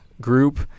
group